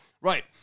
Right